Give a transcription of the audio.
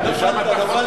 לשם אתה לא,